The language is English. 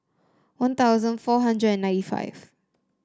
One Thousand four hundred and ninety five